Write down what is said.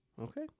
Okay